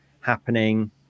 happening